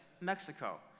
Mexico